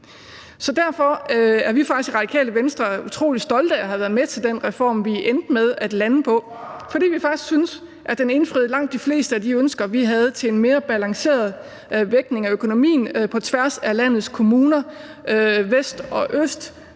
Derfor er vi faktisk i Radikale Venstre utrolig stolte af at have været med til den reform, vi endte med at lande, fordi vi faktisk synes, at den indfriede langt de fleste af de ønsker, vi havde til en mere balanceret vægtning af økonomien på tværs af landets kommuner, vest og øst,